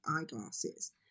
eyeglasses